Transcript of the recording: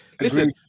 Listen